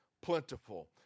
plentiful